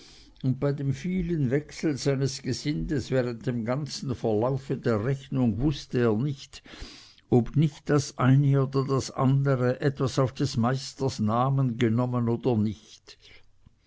und bei dem vielen wechsel seines gesindes während dem ganzen verlaufe der rechnung wußte er nicht ob nicht das eine oder das andere etwas auf des meisters namen genommen oder nicht